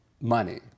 money